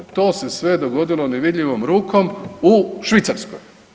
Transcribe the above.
To se sve dogodilo nevidljivom rukom u Švicarskoj.